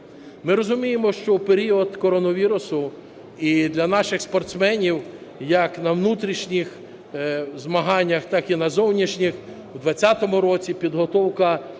Ми розуміємо, що період коронавірусу, і для наших спортсменів, як на внутрішніх змаганнях, так і на зовнішніх, в 20-му році підготовка